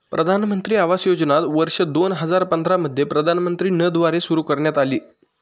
प्रधानमंत्री आवास योजना वर्ष दोन हजार पंधरा मध्ये प्रधानमंत्री न द्वारे सुरू करण्यात आली